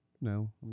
No